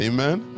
Amen